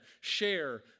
share